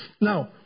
Now